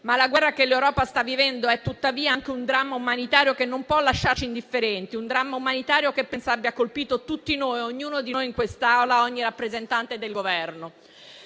La guerra che l'Europa sta vivendo è tuttavia anche un dramma umanitario che non può lasciarci indifferenti; un dramma umanitario che penso abbia colpito tutti noi, ognuno di noi in quest'Aula, ogni rappresentante del Governo.